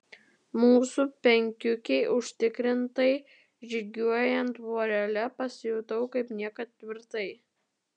mūsų penkiukei užtikrintai žygiuojant vorele pasijutau kaip niekad tvirtai